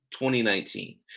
2019